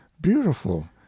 beautiful